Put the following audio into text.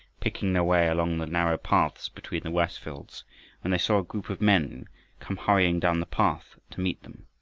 picking their way along the narrow paths between the rice-fields, when they saw a group of men come hurrying down the path to meet them.